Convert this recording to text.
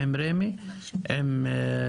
אני רואה שג'מאל פה,